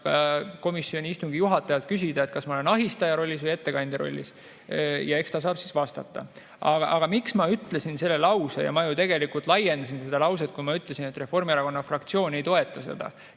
küsimusena ka istungi juhatajalt küsida, et kas ma olen ahistaja rollis või ettekandja rollis. Ja eks ta saab siis vastata. Aga miks ma ütlesin selle lause? Ma ju tegelikult laiendasin seda lauset. Kui ma ütlesin, et Reformierakonna fraktsioon ei toeta seda,